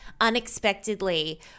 unexpectedly